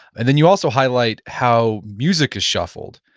and then you also highlight how music is shuffled.